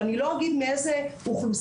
ואני לא אגיד מאיזה אוכלוסיות,